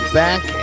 back